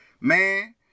man